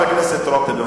חבר הכנסת רותם,